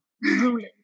ruling